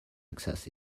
access